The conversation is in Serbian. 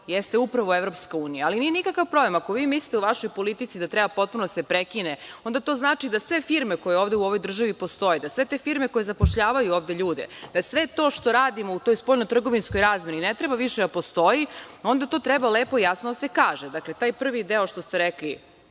jeste upravo EU. Nije nikakav problem, ako vi mislite u vašoj politici da treba potpuno da se prekine, onda to znači da sve firme koje ovde u ovoj državi postoje, da sve te firme koje zapošljavaju ovde ljude, da sve to što radimo u toj spoljnotrgovinskoj razmeni ne treba više da postoji i onda to treba lepo i jasno da se kaže. Dakle, taj prvi deo što ste rekli,